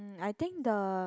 I think the